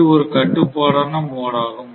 இது ஒரு கட்டுப்பாடான மோட் ஆகும்